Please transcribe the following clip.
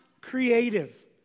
creative